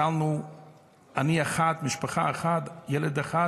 האם הצלנו עני אחד, משפחה אחת, ילד אחד?